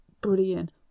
Brilliant